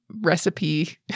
recipe